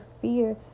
fear